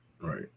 Right